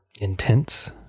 intense